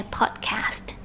podcast